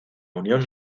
unión